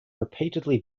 repeatedly